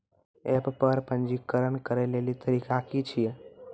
App पर पंजीकरण करै लेली तरीका की छियै?